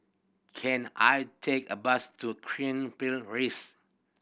can I take a bus to Cairnhill Rise